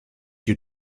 you